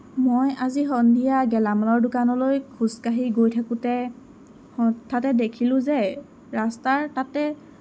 মই আজি সন্ধিয়া গেলামালৰ দোকানলৈ খোজকাঢ়ি গৈ থাকোঁতে হঠাতে দেখিলোঁ যে ৰাস্তাৰ তাতে